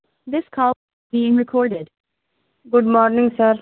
this call is being recorded good morning sir